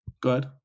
good